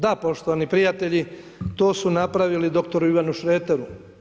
Da poštovani prijatelji, to su napravili dr. Ivanu Šreteru.